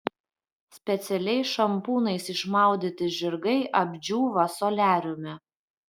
specialiais šampūnais išmaudyti žirgai apdžiūva soliariume